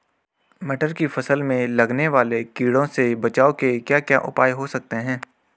मटर की फसल में लगने वाले कीड़ों से बचाव के क्या क्या उपाय हो सकते हैं?